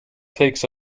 takes